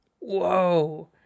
Whoa